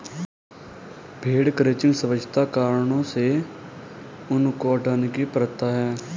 भेड़ क्रचिंग स्वच्छता कारणों से ऊन को हटाने की प्रथा है